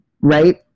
Right